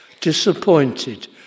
disappointed